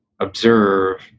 observe